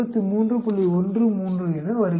13 என வருகிறது